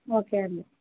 okay అండి